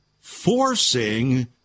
forcing